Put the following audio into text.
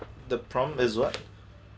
the prompt is what